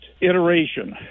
iteration